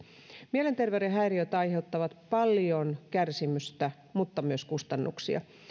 mielenterveyden häiriöt aiheuttavat paljon kärsimystä mutta myös kustannuksia